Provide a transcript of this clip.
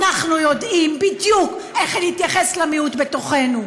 אנחנו יודעים בדיוק איך להתייחס למיעוט בתוכנו.